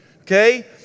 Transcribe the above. Okay